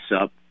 up